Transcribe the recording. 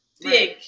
big